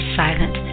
silent